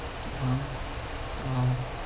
!wow! !wow!